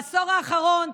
בעשור האחרון,